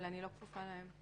אבל אני לא כפופה להם.